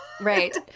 right